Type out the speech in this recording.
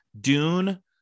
Dune